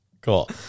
Cool